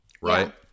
right